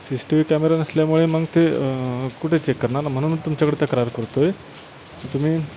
C C T V camera नसल्यामुळे मग ते कुठे चेक करणार ना म्हणूनच तुमच्याकडे त्या तक्रार करतो आहे तर तुम्ही